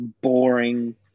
boring